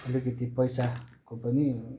अलिकति पैसाको पनि